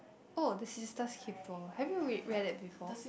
oh the sister's keeper have you read read it before